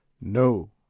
No